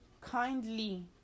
kindly